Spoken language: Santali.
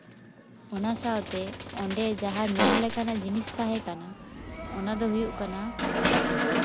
ᱚᱱᱟ ᱥᱟᱶᱛᱮ ᱚᱸᱰᱮ ᱡᱟᱦᱟᱸ ᱧᱮᱞ ᱞᱮᱠᱟᱱᱟᱜ ᱡᱤᱱᱤᱥ ᱛᱟᱦᱮᱸ ᱠᱟᱱᱟ ᱚᱱᱟ ᱫᱚ ᱦᱩᱭᱩᱜ ᱠᱟᱱᱟ